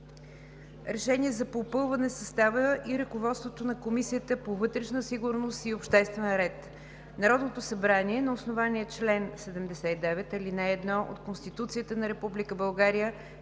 РЕШЕНИЕ за попълване състава и ръководството на Комисията по вътрешна сигурност и обществен ред Народното събрание на основание чл. 79, ал. 1 от Конституцията на